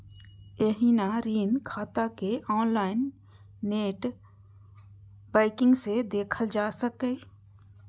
एहिना ऋण खाता कें ऑनलाइन नेट बैंकिंग सं देखल जा सकैए